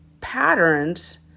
patterns